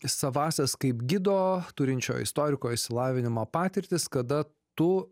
savąsias kaip gido turinčio istoriko išsilavinimą patirtis kada tu